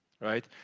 right